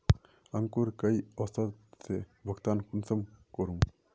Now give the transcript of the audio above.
अंकूर कई औसत से भुगतान कुंसम करूम?